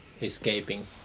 escaping